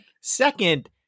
second